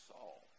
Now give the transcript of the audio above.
Saul